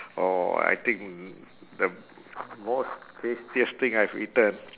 uh I think the most tastiest thing I have eaten